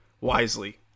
wisely